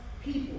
people